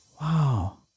Wow